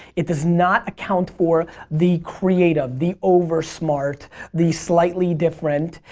it does not account for the creative. the over smart the slightly different.